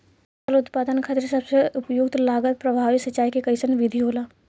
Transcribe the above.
फसल उत्पादन खातिर सबसे उपयुक्त लागत प्रभावी सिंचाई के कइसन विधि होला?